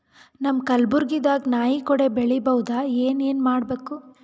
ನಮ್ಮ ಕಲಬುರ್ಗಿ ದಾಗ ನಾಯಿ ಕೊಡೆ ಬೆಳಿ ಬಹುದಾ, ಏನ ಏನ್ ಮಾಡಬೇಕು?